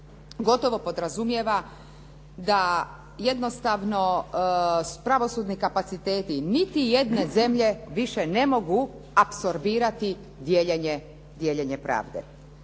gotovo podrazumijeva da jednostavno pravosudni kapaciteti niti jedne zemlje više ne mogu apsorbirati dijeljenje pravde.